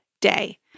day